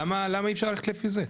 למה אי אפשר ללכת לפי זה?